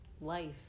life